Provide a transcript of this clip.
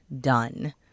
done